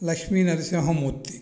Lakshmi Narasimhamurthy